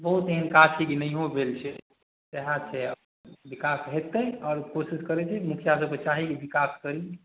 बहुत एहन काज छै कि नहिओ भेल छै सएह छै विकास हेतै आब कोशिश करै छै मुखिआ सभके चाही कि विकास करी